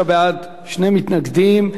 33 בעד, שני מתנגדים.